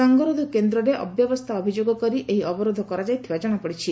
ସଙ୍ଗରୋଧ କେନ୍ଦରେ ଅବ୍ୟବସ୍କା ଅଭିଯୋଗ କରି ଏହି ଅବରୋଧ କରାଯାଇଥିବା ଜଶାପଡ଼ିଛି